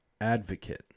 advocate